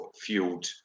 fueled